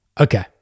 okay